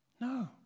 No